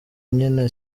nyine